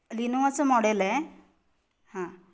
लिनोवाचं model आहे हां